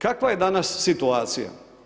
Kakva je danas situacija?